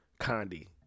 Condi